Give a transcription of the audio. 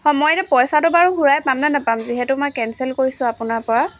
হয় মই এতিয়া পইচাটো বাৰু ঘূৰাই পামনে নাপাম যিহেতু মই কেঞ্চেল কৰিছোঁ আপোনাৰ পৰা